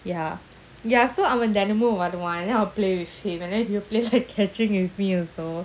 ya ya so அவன்தெனமும்வருவான்:avan thenamum varuvan then I'll play with him and then he will play like catching with me also